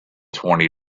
twenty